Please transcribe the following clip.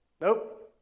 Nope